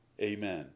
Amen